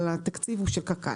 אבל התקציב הוא של קק"ל.